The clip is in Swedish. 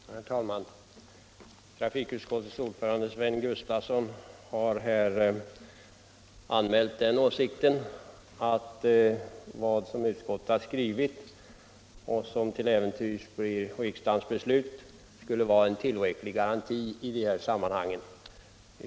Herr talman! Trafikutskottets ordförande, Sven Gustafson i Göteborg, har här anmält den åsikten att vad utskottet har skrivit, vilket till äventyrs blir riksdagens beslut, skulle vara en tillräcklig garanti i de här sammanhangen.